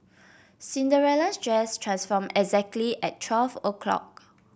Cinderella's dress transformed exactly at twelve o'clock